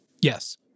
Yes